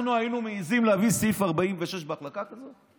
אנחנו היינו מעיזים להביא סעיף 46 בהחלטה כזאת?